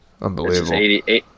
Unbelievable